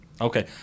Okay